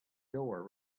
door